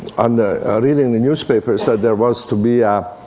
on the i read in the newspapers that there was to be a